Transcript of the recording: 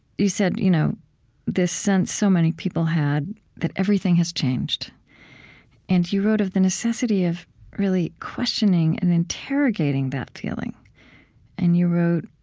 you said you know this sense so many people had that everything has changed and you wrote of the necessity of really questioning and interrogating that feeling and you wrote,